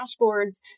dashboards